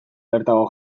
bertako